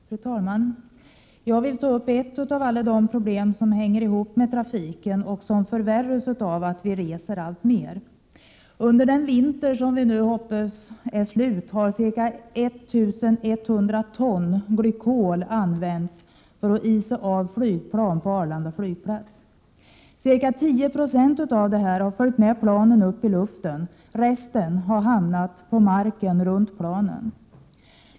Fru talman! Jag vill ta upp ett av alla de problem som hänger ihop med 25 maj 1988 trafiken och som förvärras av att vi reser alltmer. Under den vinter som vi nu hoppas är slut har ca 1 100 ton glykol använts för att isa av flygplan på Arlanda flygplats. Ca 10 96 har följt med planen upp i luften. Resten har hamnat på marken runt planen.